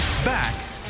Back